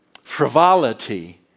frivolity